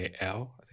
AL